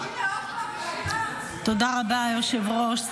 תודה רבה, היושב-ראש.